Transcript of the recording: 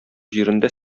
җирендә